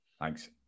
Thanks